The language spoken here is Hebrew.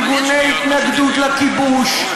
ארגוני התנגדות לכיבוש,